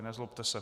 Nezlobte se.